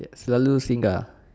selalu singgah